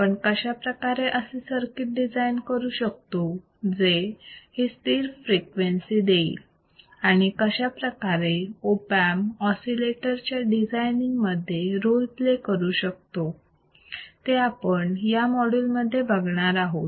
आपण कशाप्रकारे असे सर्किट डिझाईन करू शकतो जे ही स्थिर फ्रिक्वेन्सी देईल आणि कशाप्रकारे ऑप अँप ऑसिलेटर च्या डिझायनिंग मध्ये रोल प्ले करतो ते आपण या मॉड्यूल मध्ये बघणार आहोत